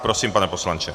Prosím, pane poslanče.